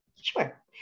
sure